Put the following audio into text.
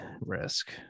risk